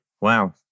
Wow